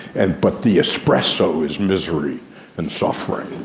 and but the espresso is misery and suffering.